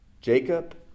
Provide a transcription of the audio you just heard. Jacob